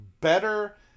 better